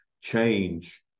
change